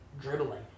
dribbling